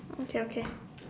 okay okay